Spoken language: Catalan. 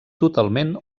totalment